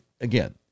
again